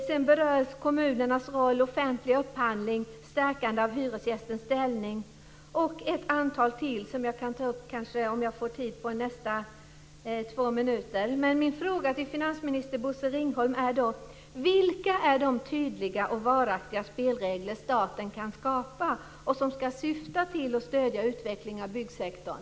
Sedan berörs kommunernas roll vid offentlig upphandling, stärkande av hyresgästernas ställning och ett ytterligare antal förslag som jag kan ta upp i mitt nästa inlägg, om jag får tid. Min fråga till finansminister Bosse Ringholm är då: Vilka är de tydliga och varaktiga spelregler som staten kan skapa och som ska syfta till att stödja utveckling av byggsektorn?